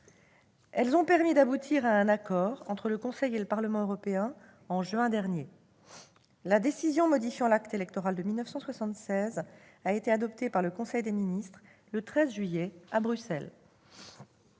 Elles ont permis d'aboutir à un accord entre le Conseil et le Parlement européen au mois de juin dernier. La décision modifiant l'acte électoral de 1976 a été adoptée par le Conseil des ministres le 13 juillet dernier, à Bruxelles.